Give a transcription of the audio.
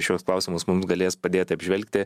šiuos klausimus mums galės padėti apžvelgti